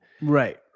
Right